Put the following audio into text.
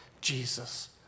Jesus